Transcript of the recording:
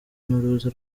n’uruza